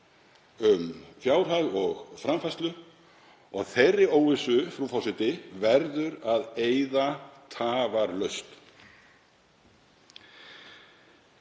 um fjárhag og framfærslu og þeirri óvissu verður að eyða tafarlaust.